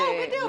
בדיוק.